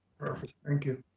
perfect. thank you.